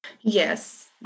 Yes